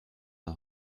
the